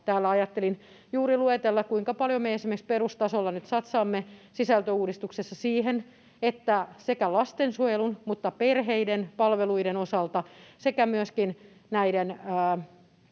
Täällä ajattelin juuri luetella, kuinka paljon me esimerkiksi perustasoon nyt satsaamme sisältöuudistuksessa ja kuinka sekä lastensuojelun että perheiden palveluiden osalta ja myöskin näiden